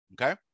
Okay